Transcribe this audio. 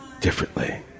differently